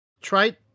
try